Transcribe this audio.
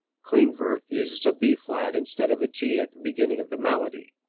klindworth uses a b flat instead of a g at the beginning of the melody.